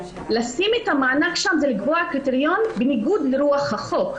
לשים את המענק שם זה לקבוע קריטריון בניגוד לרוח החוק.